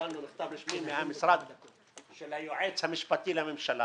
קיבלנו מכתב רשמי מהמשרד של היועץ המשפטי לממשלה